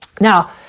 Now